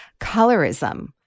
colorism